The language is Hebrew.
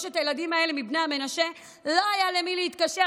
לשלושת הילדים האלה מבני המנשה לא היה למי להתקשר,